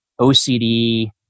OCD